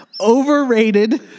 overrated